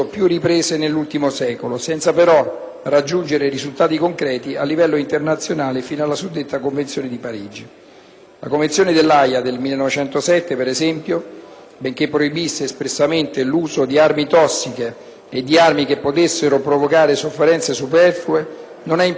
La Convenzione dell'Aja del 1907, per esempio, benché proibisse espressamente l'uso di armi tossiche e di armi che potessero provocare sofferenze superflue, non ha impedito l'impiego massiccio di gas asfissianti durante la prima guerra mondiale, con le catastrofiche conseguenze che tutti ben conosciamo.